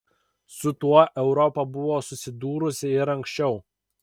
su tuo europa buvo susidūrusi ir anksčiau